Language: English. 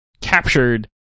captured